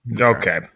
Okay